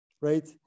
right